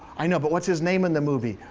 i know, but what's his name in the movie?